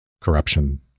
corruption